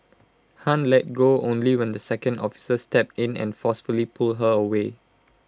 han let go only when the second officer stepped in and forcefully pulled her away